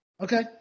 Okay